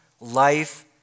life